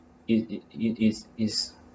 it it it is is